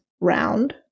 round